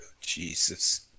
Jesus